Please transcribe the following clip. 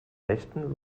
nächten